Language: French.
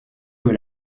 aux